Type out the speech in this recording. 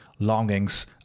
longings